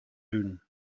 bühne